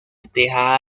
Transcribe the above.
teja